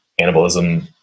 anabolism